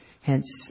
hence